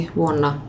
vuonna